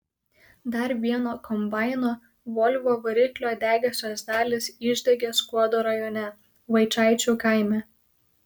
dar vieno kombaino volvo variklio degiosios dalys išdegė skuodo rajone vaičaičių kaime